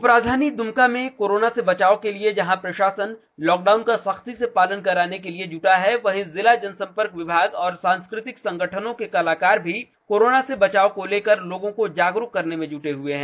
उपराजधानी दुमका में कोरोना से बचाव के लिए जहां प्रशासन लॉकडाउन का सख्ती से पालन कराने में जुटा है वहीं जिला जन संपर्क विभाग और सांस्कृतिक संगठनों के कलाकार भी कोरोना से बचाव को लेकर लोगों को जागरूक करने में जुटे हुए हैं